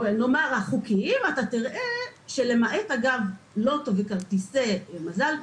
אתה תראה שלמעט אגב לוטו וכרטיסי מזל,